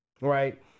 right